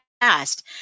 past